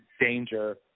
danger